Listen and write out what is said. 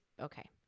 Okay